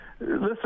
Listen